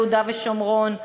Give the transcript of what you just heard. יהודה ושומרון,